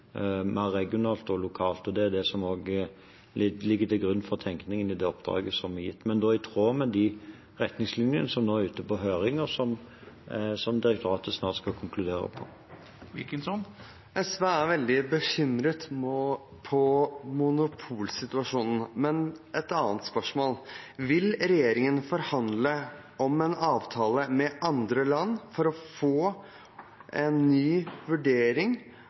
mer regionalt og lokalt. Det er også det som ligger til grunn for tenkningen i det oppdraget som er gitt, men det er i tråd med de retningslinjene som nå er ute på høring, og som direktoratet snart skal konkludere på. SV er veldig bekymret for monopolsituasjonen. Men et annet spørsmål: Vil regjeringen forhandle om en avtale med andre land for å få en ny vurdering